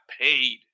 paid